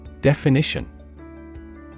Definition